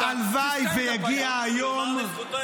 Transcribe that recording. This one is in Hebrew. --- הלוואי שיגיע היום --- ייאמר לזכותו,